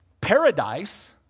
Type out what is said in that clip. Paradise